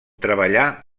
treballà